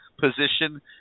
position